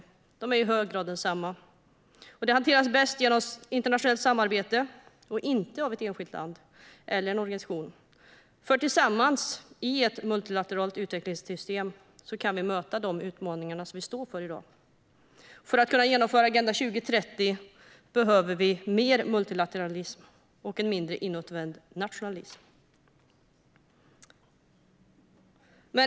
Dessa utmaningar är i hög grad gemensamma och hanteras bäst genom internationellt samarbete och inte av ett enskilt land eller en organisation. Tillsammans i ett multilateralt utvecklingssystem kan vi möta de utmaningar vi står inför i dag. För att kunna genomföra Agenda 2030 behöver vi mer multilateralism och en mindre inåtvänd nationalism.